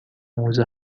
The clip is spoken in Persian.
موزه